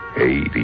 Eighty